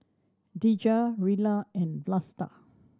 Dejah Rilla and Vlasta